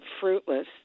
fruitless